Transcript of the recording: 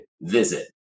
visit